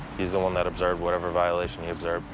he's the one that observed whatever violation he observed.